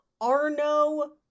Arno